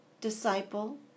disciple